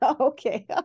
okay